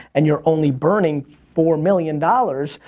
and you're only burning four million dollars,